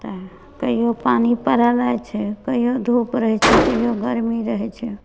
तऽ कहियो पानि पड़ल रहैत छै कहियो धूप रहैत छै कहियो गरमी रहैत छै